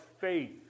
faith